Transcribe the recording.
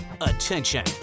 Attention